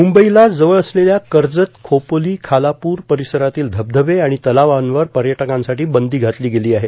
मुंबईला जवळ असलेल्या कर्जत खोपोली खालापूर परिसरातील धबधबे आणि तलावांवर पर्यटकांसाठी बंदी घातली गेली आहे